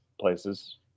places